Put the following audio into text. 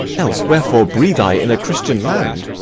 else wherefore breathe i in a christian land?